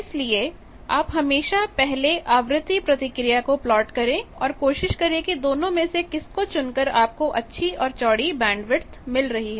इसलिए आप हमेशा पहले आवृत्ति प्रतिक्रिया को प्लॉट करें और कोशिश करें कि दोनों में से किस को चुनकर आपको अच्छी और चौड़ी बैंडविथ मिल रही है